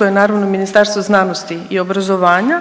je naravno Ministarstvo znanosti i obrazovanja,